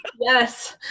yes